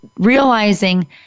realizing